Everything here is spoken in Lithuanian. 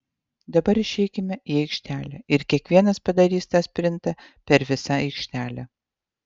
dabar išeikime į aikštelę ir kiekvienas padarys tą sprintą per visą aikštelę